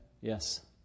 Yes